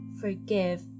forgive